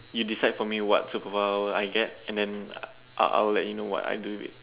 you decide for me what superpower I get and then I I'll let you know what I do with it